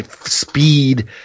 speed